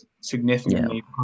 significantly